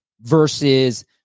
versus